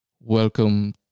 welcome